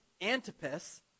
Antipas